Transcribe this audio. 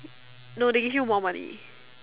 no they give you more money